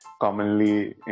commonly